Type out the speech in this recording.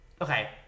Okay